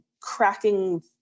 cracking